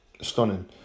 Stunning